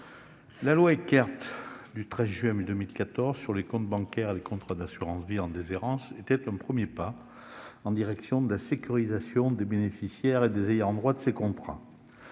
La loi Eckert du 13 juin 2014 relative aux comptes bancaires inactifs et aux contrats d'assurance-vie en déshérence était un premier pas en direction de la sécurisation des bénéficiaires et des ayants droit de ces contrats.